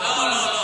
דרור.